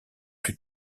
plus